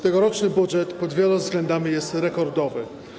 Tegoroczny budżet pod wieloma względami jest rekordowy.